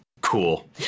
Cool